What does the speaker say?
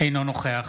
אינו נוכח